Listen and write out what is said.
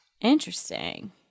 Interesting